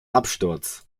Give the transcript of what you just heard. absturz